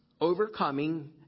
Overcoming